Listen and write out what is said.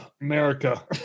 America